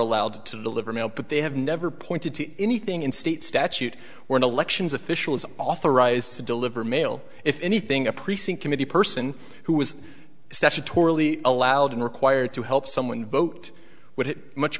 allowed to deliver mail but they have never pointed to anything in state statute were elections officials authorized to deliver mail if anything a precinct committee person who was statutorily allowed and required to help someone vote